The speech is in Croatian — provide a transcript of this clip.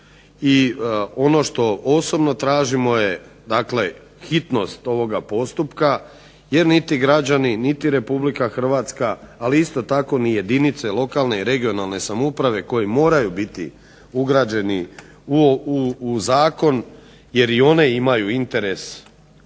i ono što posebno tražimo dakle hitnost ovoga postupka jer niti građani niti RH ali isto ni jedinice lokalne i regionalne samouprave koje moraju biti ugrađeni u zakon jer i one imaju interes od